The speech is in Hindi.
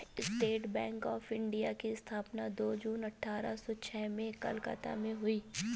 स्टेट बैंक ऑफ इंडिया की स्थापना दो जून अठारह सो छह में कलकत्ता में हुई